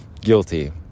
guilty